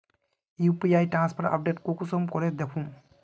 UPI transfer update कुंसम करे दखुम?